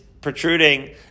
protruding